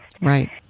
Right